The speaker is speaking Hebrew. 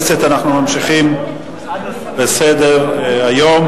ממשיכים בסדר-היום: